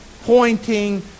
pointing